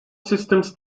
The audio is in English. systems